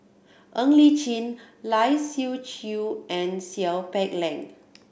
Ng Li Chin Lai Siu Chiu and Seow Peck Leng